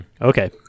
Okay